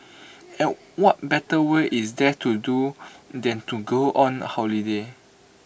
and what better way is there to do than to go on holiday